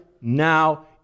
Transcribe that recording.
now